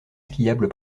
skiable